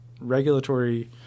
regulatory